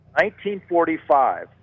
1945